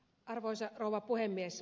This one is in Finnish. arvoisa rouva puhemies